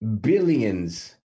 billions